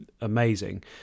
amazing